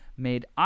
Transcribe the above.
Made